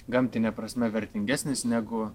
gamtine prasme vertingesnis negu